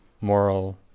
moral